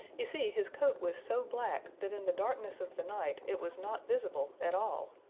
you see his coat was so black that in the darkness of the night it was not visible at all.